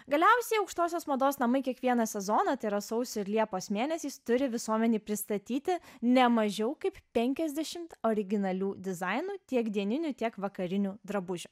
galiausiai aukštosios mados namai kiekvieną sezoną tai yra sausio ir liepos mėnesiais turi visuomenei pristatyti ne mažiau kaip penkiasdešimt originalių dizainų tiek dieninių tiek vakarinių drabužių